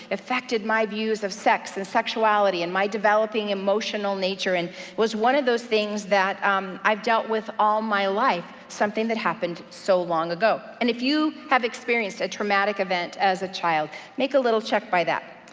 affected my views of sex and sexuality, and my developing emotional nature, and was one of those things that i've dealt with all my life. something that happened so long ago. and if you have experienced a traumatic event as a child, make a little check by that.